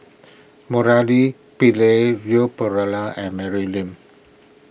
Murali Pillai Leon Perera and Mary Lim